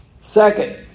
second